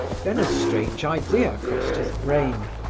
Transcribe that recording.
then a strange idea crossed his brain.